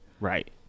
Right